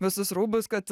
visus rūbus kad